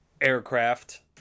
aircraft